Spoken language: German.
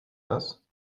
das